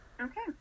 Okay